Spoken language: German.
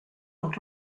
und